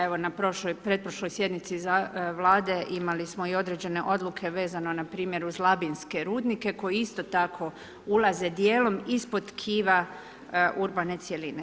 Evo, na pretprošloj sjednici Vlade imali smo i određene odluke vezano npr. uz labinske rudnike koji isto tako ulaze dijelom ispod tkiva urbane cjeline.